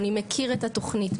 אני מכיר את התוכנית,